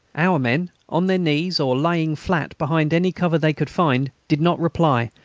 our men, on their knees or lying flat behind any cover they could find, did not reply,